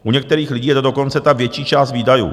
U některých lidí je to dokonce ta větší část výdajů.